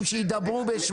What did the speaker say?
יש מאות אלפים שהיו בחל"ת,